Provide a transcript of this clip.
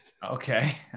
Okay